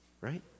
right